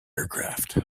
aircraft